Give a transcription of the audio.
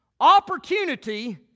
Opportunity